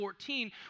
14